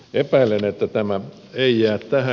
epäilen että tämä ei jää tähän